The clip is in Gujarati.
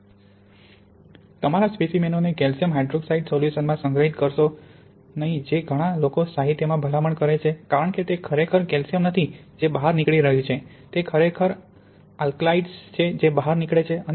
તમારા સ્પેસીમેનોને કેલ્શિયમ હાઇડ્રોક્સાઇડ સોલ્યુશનમાં સંગ્રહિત કરશો નહીં જે ઘણા લોકો સાહિત્યમાં ભલામણ કરે છે કારણ કે તે ખરેખર કેલ્શિયમ નથી જે બહાર નીકળી રહ્યું છે તે ખરેખર છે આલ્કલાઈડ્સ કે જે બહાર નીકળે છે